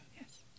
Yes